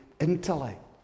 intellect